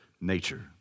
nature